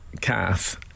Kath